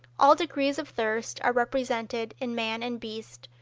all degrees of thirst are represented in man and beast,